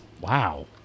Wow